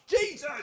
Jesus